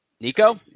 Nico